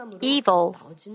evil